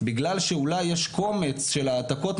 בגלל שאולי יש קומץ של העתקות,